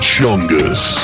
Chungus